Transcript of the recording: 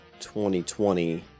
2020